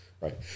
right